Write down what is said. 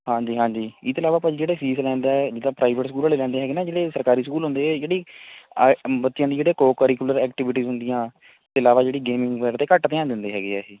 ਹਾਂਜੀ ਹਾਂਜੀ ਇਹ ਤੋਂ ਇਲਾਵਾ ਭਾ ਜੀ ਜਿਹੜੇ ਫ਼ੀਸ ਲੈਂਦਾ ਏ ਜਿੱਦਾਂ ਪ੍ਰਾਈਵੇਟ ਸਕੂਲ ਵਾਲੇ ਲੈਂਦੇ ਹੈਗੇ ਨਾ ਜਿਹੜੇ ਸਰਕਾਰੀ ਸਕੂਲ ਹੁੰਦੇ ਜਿਹੜੀ ਬੱਚਿਆਂ ਦੀ ਜਿਹੜੀ ਕੋ ਕਰਿਕੁਲਰ ਐਕਟੀਵੀਟਿਜ਼ ਹੁੰਦੀਆਂ ਹੀ ਅਤੇ ਇਲਾਵਾ ਜਿਹੜੀ ਗੇਮਿੰਗ ਵਗੈਰਾ ਅਤੇ ਇਹ ਘੱਟ ਧਿਆਨ ਦਿੰਦੇ ਹੈਗੇ ਹੈ ਇਹ